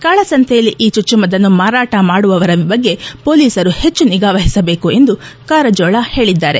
ಕಾಳಸಂತೆಯಲ್ಲಿ ಈ ಚುಚ್ಚುಮದ್ದನ್ನು ಮಾರಾಟಮಾಡುವವರ ಬಗ್ಗೆ ಪೊಲೀಸರು ಹೆಚ್ಚು ನಿಗಾವಹಿಸಬೇಕು ಎಂದು ಕಾರಜೋಳ ಹೇಳಿದ್ದಾರೆ